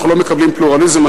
אנחנו לא מקבלים פלורליזם.